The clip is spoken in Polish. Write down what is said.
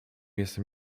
jestem